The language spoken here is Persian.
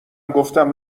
گفتم